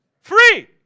Free